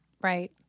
Right